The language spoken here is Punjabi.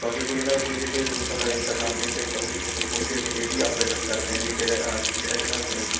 ਬਾਕੀ ਕੋਈ ਨਾ ਕੋਈ ਦਿੱਕਤ ਨਹੀਂ ਤੁਸੀਂ ਸਾਡਾ ਇੰਸਟਾਗਰਾਮ ਪੇਜ ਚੈੱਕ ਕਰੋ ਉਥੇ ਅਸੀਂ ਡੇਲੀ ਅਪਡੇਟ ਕਰਦੇ ਹਾਂ ਬਈ ਕਿਹੜਾ ਕਿਹੜਾ ਅਸੀਂ